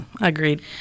agreed